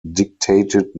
dictated